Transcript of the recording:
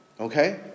Okay